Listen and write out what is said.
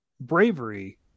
bravery